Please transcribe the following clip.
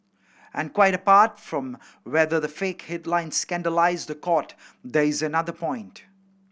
and quite apart from whether the fake headlines scandalise the Court there is another point